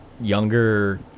younger